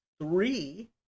three